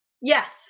Yes